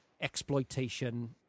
exploitation